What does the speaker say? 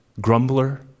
grumbler